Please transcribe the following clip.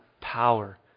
power